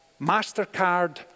MasterCard